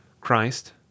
Christ